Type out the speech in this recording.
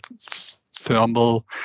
thermal